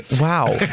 Wow